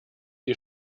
die